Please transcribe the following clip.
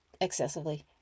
excessively